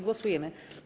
Głosujemy.